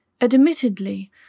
Admittedly